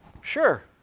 Sure